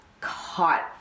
caught